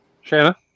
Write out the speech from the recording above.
Shanna